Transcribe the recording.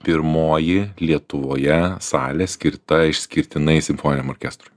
pirmoji lietuvoje salė skirta išskirtinai simfoniniam orkestrui